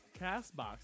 CastBox